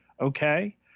Okay